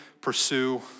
pursue